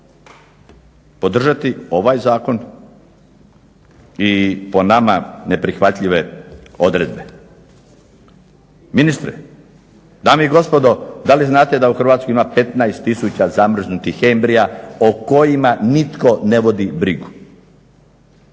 podržati ovaj zakon i po nama neprihvatljive odredbe. Ministre, dame i gospodo da li znate da u Hrvatskoj ima 15000 zamrznutih embrija o kojima nitko ne vodi brigu?